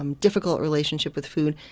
um difficult relationship with food.